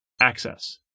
access